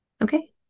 Okay